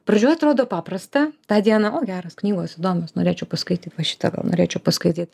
pradžioj atrodo paprasta tą dieną o geras knygos įdomios norėčiau paskaityt šitą gal norėčiau paskaityt